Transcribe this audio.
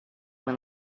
when